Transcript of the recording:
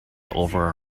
over